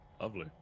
Lovely